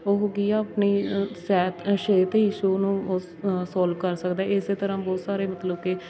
ਉਹ ਕੀ ਆ ਆਪਣੀ ਸੈਤ ਸ਼ੇਤ ਇਸ਼ੂ ਨੂੰ ਸੋਲਵ ਕਰ ਸਕਦਾ ਏ ਇਸੇ ਤਰ੍ਹਾਂ ਬਹੁਤ ਸਾਰੇ ਮਤਲਬ ਕਿ